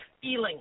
feeling